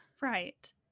right